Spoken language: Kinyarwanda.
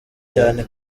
cyane